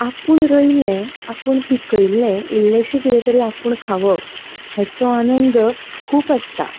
आपूण रोयिल्लें आपूण पिकयिल्लें इल्लेंशें कितें तरी आपूण खावप हेचो आनंद खूब आसता